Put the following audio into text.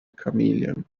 chameleon